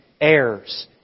Heirs